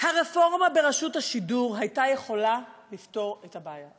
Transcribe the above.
הרפורמה ברשות השידור הייתה יכולה לפתור את הבעיה,